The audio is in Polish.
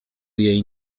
jej